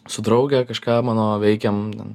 su drauge kažką mano veikiam ten